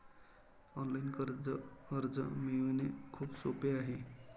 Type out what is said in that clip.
online कर्ज अर्ज मिळवणे खूप सोपे आहे